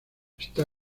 está